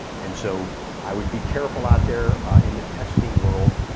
and so i would be careful out there in the testing world.